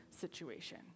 situation